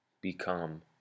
become